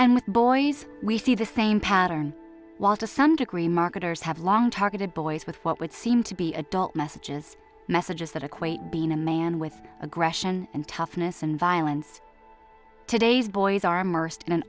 with boys we see the same pattern while to some degree marketers have long targeted boys with what would seem to be adult messages messages that equate being a man with aggression and toughness and violence today's boys are merced in an